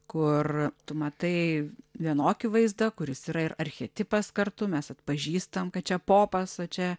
kur tu matai vienokį vaizdą kuris yra ir archetipas kartu mes atpažįstam kad čia popas o čia